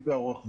קחו לאורך,